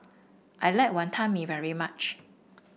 I like Wantan Mee very much